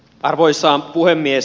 arvoisa puhemies